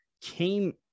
came